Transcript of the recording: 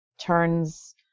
turns